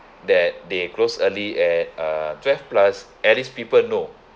that they close early at uh twelve plus at least people know